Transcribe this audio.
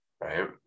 right